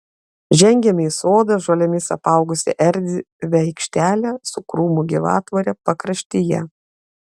žengėme į sodą žolėmis apaugusią erdvią aikštelę su krūmų gyvatvore pakraštyje